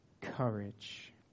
courage